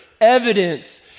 evidence